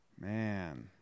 Man